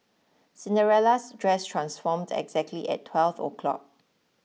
Cinderella's dress transformed exactly at twelve o'clock